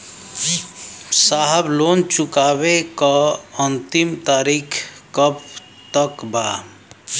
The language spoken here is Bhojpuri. साहब लोन चुकावे क अंतिम तारीख कब तक बा?